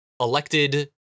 elected